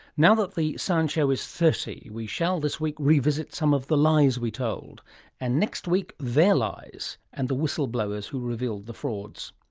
now that the science show is thirty we shall, this week, revisit some of the lies we told and next week their lies and the whistle blowers who revealed the frauds.